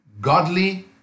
godly